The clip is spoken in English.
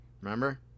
Remember